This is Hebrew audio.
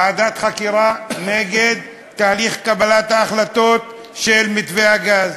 ועדת חקירה נגד תהליך קבלת ההחלטות של מתווה הגז.